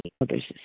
others